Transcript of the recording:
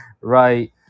right